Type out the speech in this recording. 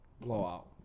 Blowout